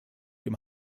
dem